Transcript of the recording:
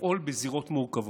לפעול בזירות מורכבות.